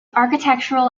architectural